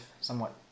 somewhat